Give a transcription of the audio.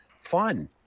fun